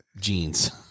jeans